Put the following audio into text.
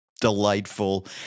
delightful